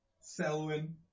Selwyn